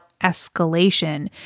escalation